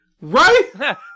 Right